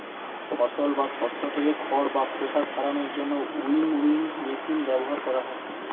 ফসল বা শস্য থেকে খড় বা খোসা ছাড়ানোর জন্য উইনউইং মেশিন ব্যবহার করা হয়